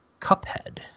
Cuphead